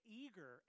eager